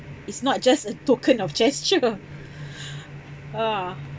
it's not just a token of gesture ah